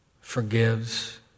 forgives